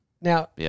Now